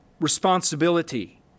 responsibility